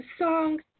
songs